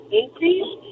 increase